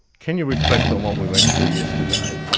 can you reflect um what we went through yesterday?